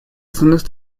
основных